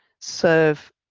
serve